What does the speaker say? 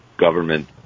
Government